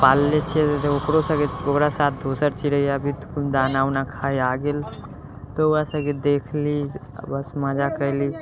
पालले छिए ओकरो सबके ओकरा साथ दोसर चिड़ैआ भी दाना उना खाइ आ गेल तऽ ओकरासबके देखली आओर बस मजा कएली